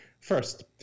first